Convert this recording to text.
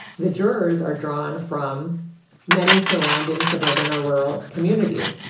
the jurors are drawn from many surrounding suburban or rural communities.